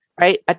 right